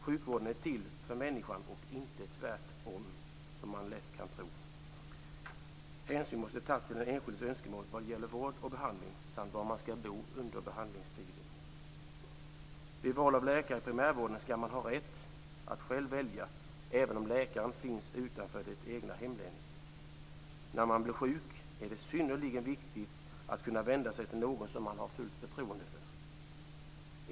Sjukvården är till för människan och inte tvärtom, som man lätt kan tro. Hänsyn måste tas till den enskildes önskemål vad gäller både vård och behandling samt var man skall bo under behandlingstiden. Vid val av läkare i primärvården skall man ha rätt att själv välja, även om läkaren finns utanför det egna hemlänet. När man blir sjuk är det synnerligen viktigt att kunna vända sig till någon som man har fullt förtroende för.